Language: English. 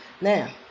Now